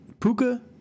Puka